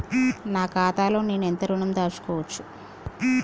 నా ఖాతాలో నేను ఎంత ఋణం దాచుకోవచ్చు?